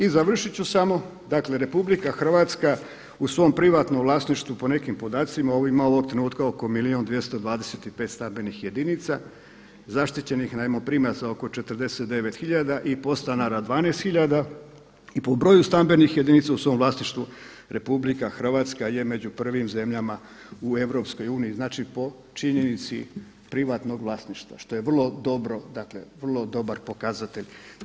I završit ću samo, dakle RH u svom privatnom vlasništvu po nekim podacima ima ovog trenutka oko milijun 225 stambenih jedinica, zaštićenih najmoprimaca oko 49 tisuća i podstanara 12 tisuća i po broju stambenih jedinica u svom vlasništvu RH je među prvim zemljama u EU, znači po činjenici privatnog vlasništva, što je vrlo dobro, dakle vrlo dobar pokazatelj.